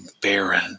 baron